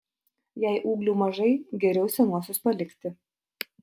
jei ūglių mažai geriau senuosius palikti